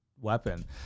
weapon